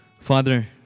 Father